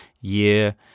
year